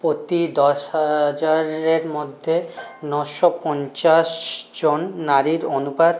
প্রতি দশ হাজারের মধ্যে নশো পঞ্চাশজন নারীর অনুপাত